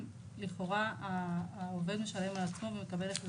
לכאורה העובד משלם על עצמו ומקבל החזרים.